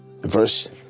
Verse